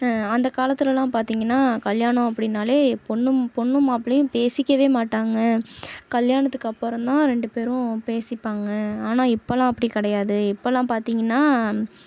அந்த காலத்திலலாம் பார்த்திங்கன்னா கல்யாணம் அப்படினாலே பொண்ணும் பொண்ணும் மாப்பிளையும் பேசிக்கவே மாட்டாங்க கல்யாணத்துக்கு அப்புறம் தான் ரெண்டு பேரும் பேசிப்பாங்க ஆனால் இப்போலாம் அப்படி கிடையாது இப்போலாம் பார்த்திங்கன்னா